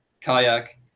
kayak